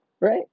Right